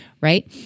Right